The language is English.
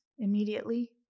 immediately